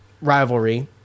rivalry